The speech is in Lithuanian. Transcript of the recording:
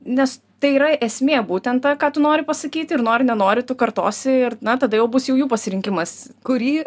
nes tai yra esmė būtent ta ką tu nori pasakyti ir nori nenori tu kartosi ir na tada jau bus jų pasirinkimas kurį